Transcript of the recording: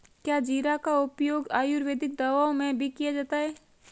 क्या जीरा का उपयोग आयुर्वेदिक दवाओं में भी किया जाता है?